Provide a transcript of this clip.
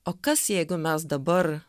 o kas jeigu mes dabar